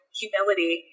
humility